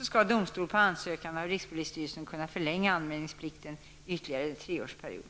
skall domstol på ansökan av rikspolisstyrelsen kunna förlänga anmälningsplikten i ytterligare en treårsperiod.